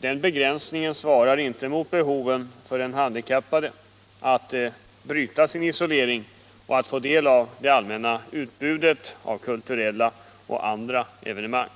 Den begränsningen svarar inte mot behoven för den handikappade att bryta sin isolering och få del av det allmänna utbudet av kulturella och andra evenemang.